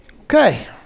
Okay